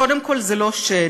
קודם כול, זה לא שד.